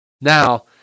Now